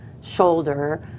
shoulder